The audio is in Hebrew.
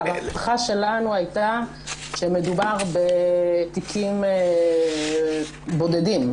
ההערכה שלנו הייתה שמדובר בתיקים בודדים,